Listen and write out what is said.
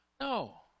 No